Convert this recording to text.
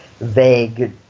vague